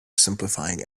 simplifying